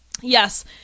Yes